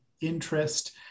interest